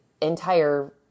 entire